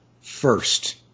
first